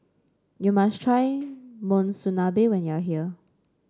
you must try Monsunabe when you are here